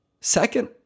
Second